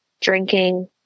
drinking